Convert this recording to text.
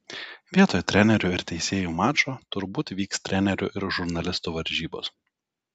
vietoj trenerių ir teisėjų mačo turbūt vyks trenerių ir žurnalistų varžybos